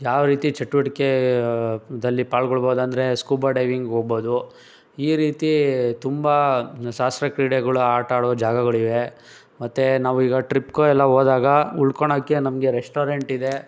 ಯಾವ ರೀತಿ ಚಟುವಟಿಕೆ ದಲ್ಲಿ ಪಾಲ್ಗೊಳ್ಬೋದು ಅಂದರೆ ಸ್ಕೂಬಾ ಡೈವಿಂಗ್ ಹೋಗ್ಬೋದು ಈ ರೀತಿ ತುಂಬ ಸಾಹಸ ಕ್ರೀಡೆಗಳು ಆಟ ಆಡೋ ಜಾಗಗಳಿವೆ ಮತ್ತು ನಾವು ಈಗ ಟ್ರಿಪ್ಗೋ ಎಲ್ಲೋ ಹೋದಾಗ ಉಳ್ಕೋಳಕ್ಕೆ ನಮಗೆ ರೆಸ್ಟೋರೆಂಟ್ ಇದೆ